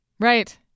Right